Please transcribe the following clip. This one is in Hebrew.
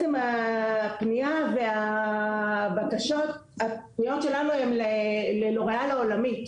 הפניות והבקשות שלנו הן ללוריאל העולמית